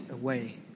away